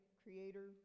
creator